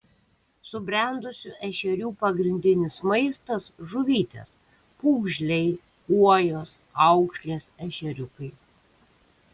subrendusių ešerių pagrindinis maistas žuvytės pūgžliai kuojos aukšlės ešeriukai